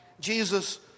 Jesus